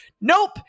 Nope